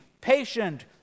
patient